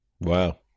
Wow